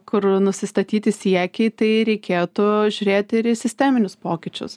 kur nusistatyti siekiai tai reikėtų žiūrėti ir į sisteminius pokyčius